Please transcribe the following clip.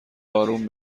اروم